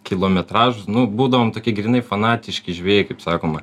kilometražus nu būdavom tokie grynai fanatiški žvejai kaip sakoma